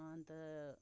अन्त